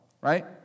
Right